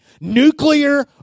nuclear